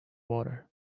water